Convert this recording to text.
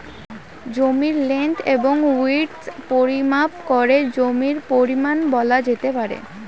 জমির লেন্থ এবং উইড্থ পরিমাপ করে জমির পরিমান বলা যেতে পারে